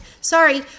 Sorry